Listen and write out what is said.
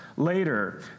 Later